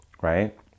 right